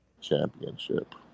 championship